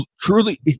truly –